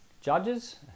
Judges